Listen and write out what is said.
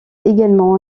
également